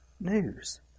news